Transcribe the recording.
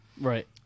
right